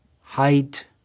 Height